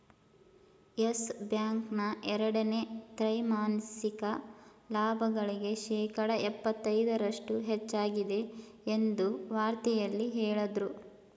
Yes Bank ನ ಎರಡನೇ ತ್ರೈಮಾಸಿಕ ಲಾಭಗಳಿಗೆ ಶೇಕಡ ಎಪ್ಪತೈದರಷ್ಟು ಹೆಚ್ಚಾಗಿದೆ ಎಂದು ವಾರ್ತೆಯಲ್ಲಿ ಹೇಳದ್ರು